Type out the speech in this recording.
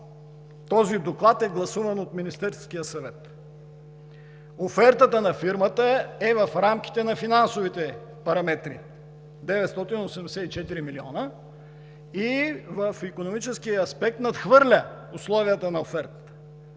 този доклад е гласуван от Министерския съвет. Офертата на фирмата е в рамките на финансовите параметри – 984 милиона, и в икономически аспект надхвърля условията на офертата